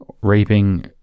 raping